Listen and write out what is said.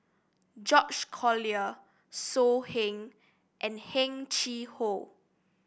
George Collyer So Heng and Heng Chee How